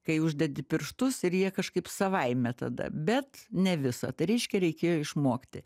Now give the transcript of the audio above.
kai uždedi pirštus ir jie kažkaip savaime tada bet ne visą tai reiškia reikėjo išmokti